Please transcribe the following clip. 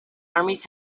armies